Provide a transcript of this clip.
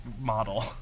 model